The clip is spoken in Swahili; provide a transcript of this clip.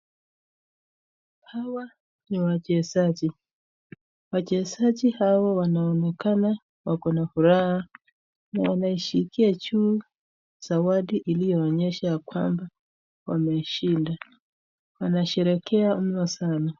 Hawa ni wachezaji, Wachezaji hawa wanonekana wako na furaha na wanashikia juu zawadi iliyoonyesha ya kwamba wameshinda. Wanasherehekea humo sana.